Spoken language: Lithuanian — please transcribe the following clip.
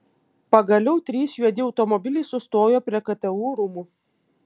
pagaliau trys juodi automobiliai sustojo prie ktu rūmų